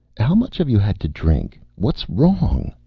how much have you had to drink? what's wrong?